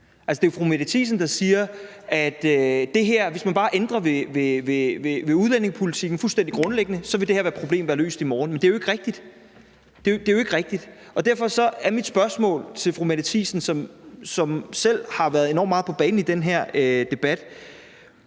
det er jo fru Mette Thiesen, der siger, at hvis man bare ændrer udlændingepolitikken fuldstændig grundlæggende, vil det her problem være løst i morgen. Men det er ikke rigtigt – det er jo ikke rigtigt. Derfor er mit spørgsmål til fru Mette Thiesen, som selv har været enormt meget på banen i den her debat: